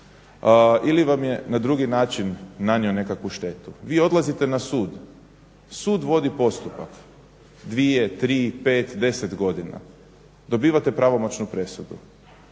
ili vam je na drugi način nanio nekakvu štetu. Vi odlazite na sud, sud vodi postupak 2, 3, 5, 10 godina, dobivate pravomoćnu presudu,